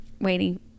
waiting